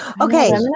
Okay